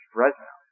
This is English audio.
Fresno